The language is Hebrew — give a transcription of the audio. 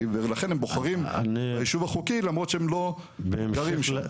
ולכן הם בוחרים ביישוב החוקי למרות שהם לא גרים שם.